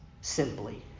Simply